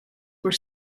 were